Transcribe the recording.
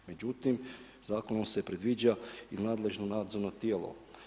Međutim, zakonom se predviđa i nadležno nadzorno tijelo.